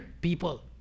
people